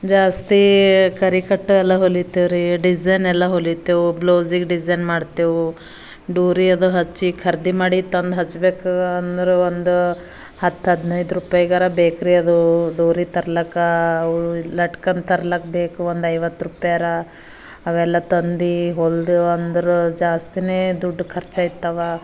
ಜಾಸ್ತಿ ಕರಿ ಕಟ್ಟೆಯಲ್ಲ ಹೋಲಿತೇವ್ರಿ ಡಿಸೈನ್ ಎಲ್ಲ ಹೊಲಿತೇವೆ ಬ್ಲೌಸಿಗೆ ಡಿಸೈನ್ ಮಾಡ್ತೆವು ಡೂರಿಯದು ಹಚ್ಚಿ ಖರೀದಿ ಮಾಡಿ ತಂದು ಹಚ್ಬೇಕು ಅಂದ್ರೆ ಒಂದು ಹತ್ತು ಹದಿನೈದ್ರೂಪಾಯ್ಗೆ ಅರ ಬೇಕ್ರಿ ಅದು ಡೂರದ್ದು ತರ್ಲಾಕ ತರ್ಲಕ್ ಬೇಕು ಒಂದು ಐವತ್ರೂಪಾಯರ ಅವೆಲ್ಲ ತಂದು ಹೊಲೆದು ಅಂದ್ರೆ ಜಾಸ್ತಿನೇ ದುಡ್ಡು ಖರ್ಚು ಆಯ್ತವ